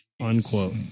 Unquote